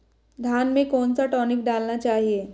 धान में कौन सा टॉनिक डालना चाहिए?